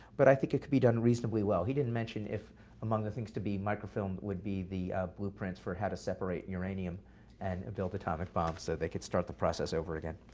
but i think it can be done reasonably well he didn't mention if among the things to be microfilmed would be the blueprints for how to separate uranium and build atomic bombs, so they could start the process over again.